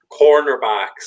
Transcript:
cornerbacks